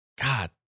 God